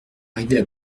arrivé